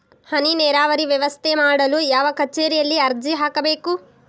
ಹನಿ ನೇರಾವರಿ ವ್ಯವಸ್ಥೆ ಮಾಡಲು ಯಾವ ಕಚೇರಿಯಲ್ಲಿ ಅರ್ಜಿ ಹಾಕಬೇಕು?